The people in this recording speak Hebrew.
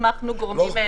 הסמכנו גורמים משפטיים.